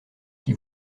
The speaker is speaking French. qui